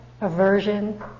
aversion